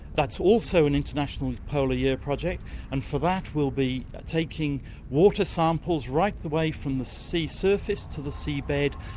that's also an international polar year project and for that we'll be taking water samples right the way from the sea surface to the sea bed,